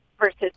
versus